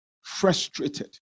frustrated